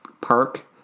park